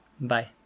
Bye